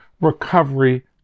Recovery